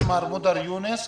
יונס,